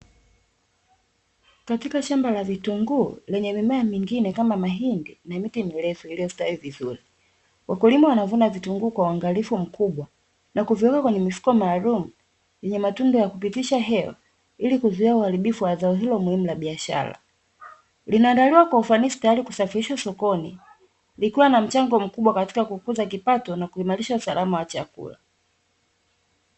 Katika shamba la vitunguu lenye mimea mingine kama mahindi na miti mirefu iliyostawi vizuri. Wakulima wanavuna vitunguu kwa uangalifu mkubwa na kuviweka kwenye mifuko maalumu yenye matundu ya kupitisha hewa ili kuzuia uharibifu wa zao hilo muhimu la biashara. Linaadaliwa kwa ufanisi tayari kusafirishwa sokoni likiwa na mchango mkubwa katika kukuza kipato na kuhimarisha usalama wa chakula.